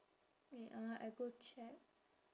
wait ah I go check